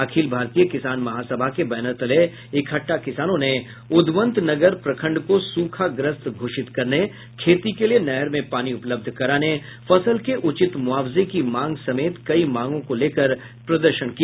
अखिल भारतीय किसान महासभा के बैनर तले इकट्ठा किसानों ने उदवंतनगर प्रखंड को सूखाग्रस्त घोषित करने खेती के लिये नहर में पानी उपलब्ध कराने फसल के उचित मुआवजे की मांग समेत कई मांगों को लेकर प्रदर्शन किया